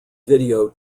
video